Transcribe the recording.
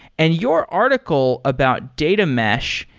and your article about data mesh,